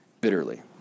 bitterly